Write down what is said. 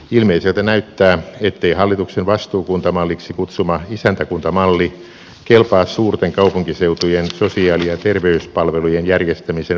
ilmeiseltä näyttää ettei hallituksen vastuukuntamalliksi kutsuma isäntäkuntamalli kelpaa suurten kaupunkiseutujen sosiaali ja terveyspalvelujen järjestämisen pakkoratkaisumalliksi